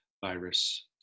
virus